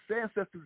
ancestors